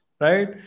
Right